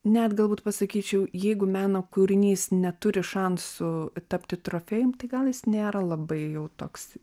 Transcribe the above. net galbūt pasakyčiau jeigu meno kūrinys neturi šansų tapti trofėjum tai gal jis nėra labai jau toks